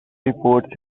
reports